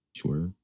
sure